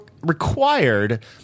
required